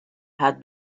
had